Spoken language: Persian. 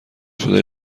شده